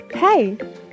Hey